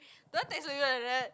do I text to you like that